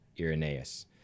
Irenaeus